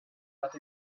that